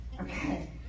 Okay